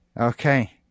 Okay